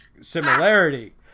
similarity